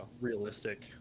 realistic